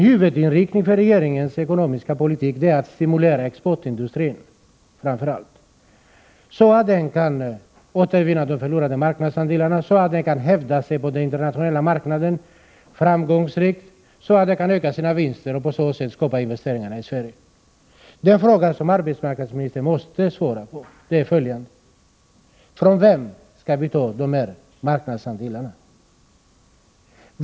Huvudinriktningen i regeringens ekonomiska politik är att stimulera framför allt exportindustrin, så att den kan återvinna de förlorade marknadsandelarna, framgångsrikt hävda sig på den internationella marknaden samt öka sina vinster och på så sätt skapa investeringar i Sverige. De frågor som arbetsmarknadsministern måste svara på är följande: Från vem skall vi ta de här marknadsandelarna?